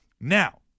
Now